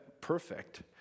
perfect